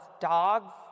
dogs